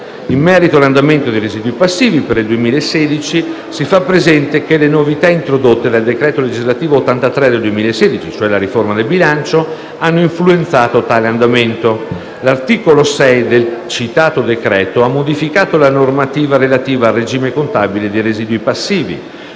In merito all'andamento dei residui passivi per il 2016, si fa presente che le novità introdotte dal decreto legislativo n. 83 del 2016 (cioè la riforma del bilancio) hanno influenzato tale andamento. L'articolo 6 del citato decreto ha modificato la normativa relativa al regime contabile dei residui passivi,